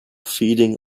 feeding